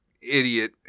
idiot